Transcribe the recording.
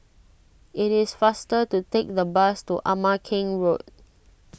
it is faster to take the bus to Ama Keng Road